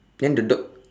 then the do~